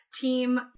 Team